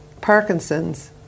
parkinson's